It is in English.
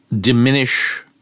diminish